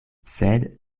sed